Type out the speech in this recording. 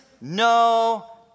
no